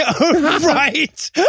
Right